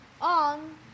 on